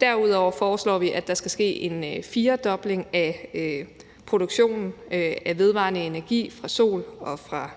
Derudover foreslår vi, at der skal ske en firedobling af produktionen af vedvarende energi fra sol og fra